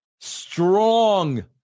strong